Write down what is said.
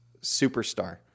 superstar